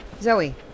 Zoe